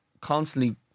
constantly